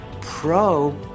pro